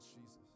Jesus